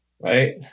right